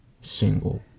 single